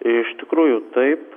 iš tikrųjų taip